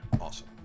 Awesome